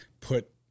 put